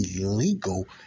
illegal